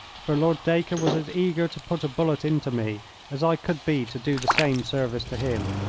for lord dacre was as eager to put a bullet into me as i could be to do the same service to him.